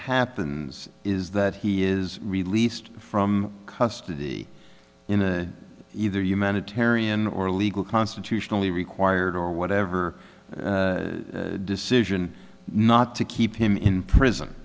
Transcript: happens is that he is released from custody in either humanitarian or legal constitutionally required or whatever decision not to keep him in prison